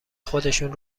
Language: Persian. خودشون